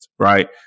Right